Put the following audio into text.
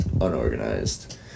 unorganized